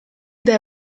del